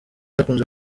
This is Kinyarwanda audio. akunze